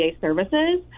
services